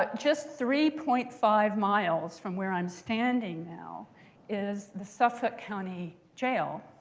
but just three point five miles from where i'm standing now is the suffolk county jail,